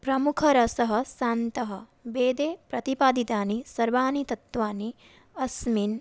प्रमुखरसः शान्तः वेदे प्रतिपादितानि सर्वाणि तत्त्वानि अस्मिन्